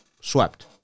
swept